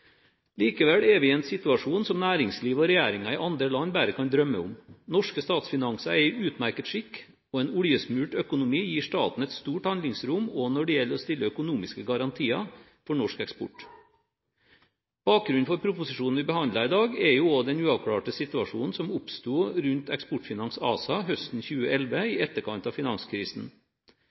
Likevel er vi i en situasjon som næringsliv og regjeringer i andre land bare kan drømme om. Norske statsfinanser er i utmerket skikk, og en oljesmurt økonomi gir staten et stort handlingsrom, også når det gjelder å stille økonomiske garantier for norsk eksport. Bakgrunnen for proposisjonen vi behandler i dag, er også den uavklarte situasjonen som oppsto rundt Eksportfinans ASA høsten 2011, i etterkant av finanskrisen.